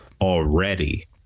already